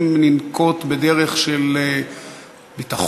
אם ננקוט דרך של ביטחון